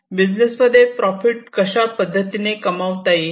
business मध्ये profit कशा पद्धतीने कमावता येईल